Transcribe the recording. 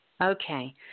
Okay